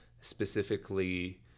specifically